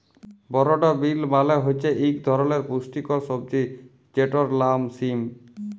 বরড বিল মালে হছে ইক ধরলের পুস্টিকর সবজি যেটর লাম সিম